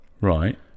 Right